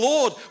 Lord